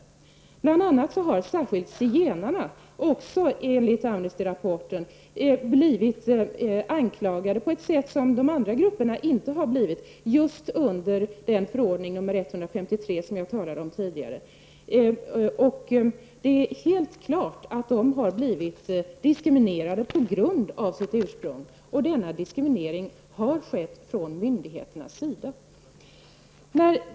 Zigenarna har bl.a., även enligt Amnestyrapporten, blivit anklagade på ett sätt som andra grupper inte har blivit just när det gäller förordning nr 153 som jag talade om tidigare. Det är helt klart att zigenarna har blivit diskriminerade på grund av sitt ursprung. Denna diskriminering har skett från myndigheternas sida.